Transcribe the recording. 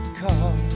car